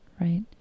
Right